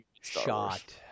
shot